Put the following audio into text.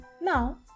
Now